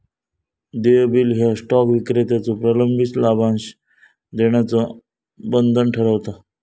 देय बिल ह्या स्टॉक विक्रेत्याचो प्रलंबित लाभांश देण्याचा बंधन ठरवता